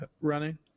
running